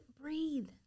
breathe